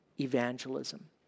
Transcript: evangelism